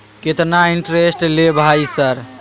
केतना इंटेरेस्ट ले भाई सर?